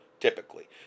typically